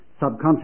subconscious